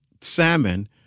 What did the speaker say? salmon